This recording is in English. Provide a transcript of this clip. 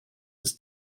was